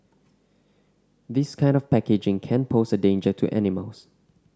this kind of packaging can pose a danger to animals